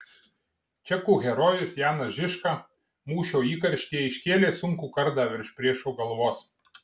čekų herojus janas žižka mūšio įkarštyje iškėlė sunkų kardą virš priešo galvos